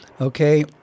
okay